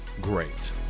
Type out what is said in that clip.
great